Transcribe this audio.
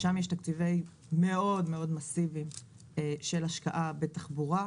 שם יש תקציבים מאוד מאוד מסיביים של השקעה בתחבורה,